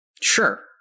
Sure